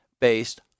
based